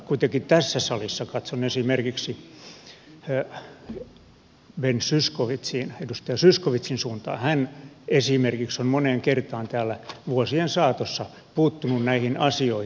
kuitenkin tässä salissa katson esimerkiksi ben zyskowiczin suuntaan edustaja zyskowicz esimerkiksi on moneen kertaan täällä vuosien saatossa puuttunut näihin asioihin